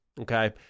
Okay